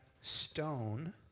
stone